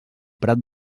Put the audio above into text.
prat